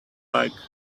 like